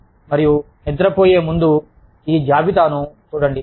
మరియు మీరు నిద్రపోయే ముందు ఈ జాబితాను చూడండి